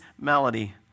melody